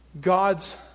God's